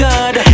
God